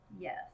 Yes